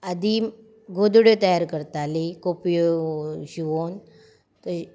आदीं गोदड्यो तयार करतालीं कोपयो शिवून तशें